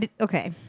Okay